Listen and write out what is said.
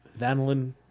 vanillin